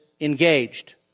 engaged